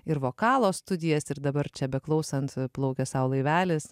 ir vokalo studijas ir dabar čia beklausant plaukia sau laivelis